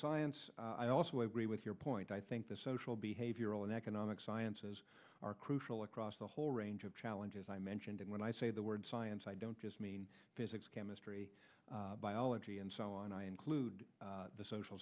science i also agree with your point i think the social behavioral and economic sciences are crucial across the whole range of challenges i mentioned and when i say the word science i don't just mean physics chemistry biology and so on i include the social